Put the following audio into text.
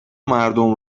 مردم